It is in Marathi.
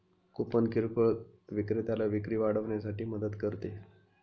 कूपन किरकोळ विक्रेत्याला विक्री वाढवण्यासाठी मदत करते